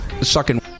sucking